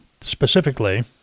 specifically